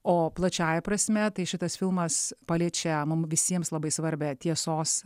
o plačiąja prasme tai šitas filmas paliečia mum visiems labai svarbią tiesos